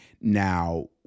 Now